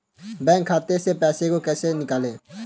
Bank खाते से पैसे को कैसे निकालें?